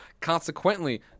Consequently